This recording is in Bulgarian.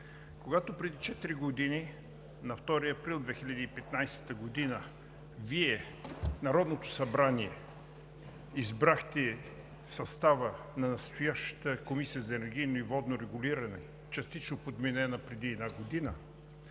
Когато преди четири години – на 2 април 2015 г., Вие в Народното събрание избрахте състава на настоящата Комисия за енергийно и водно регулиране, частично подменен преди една година,